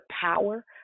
power